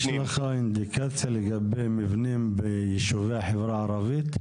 יש לך אינדיקציה לגבי מבנים בישובי החברה הערבית?